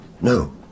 No